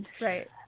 Right